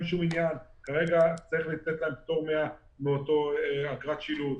שום עניין כרגע צריך לתת להם פטור מאותה אגרת שילוט,